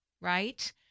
right